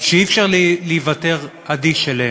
שאי-אפשר להיוותר אדיש אליהן.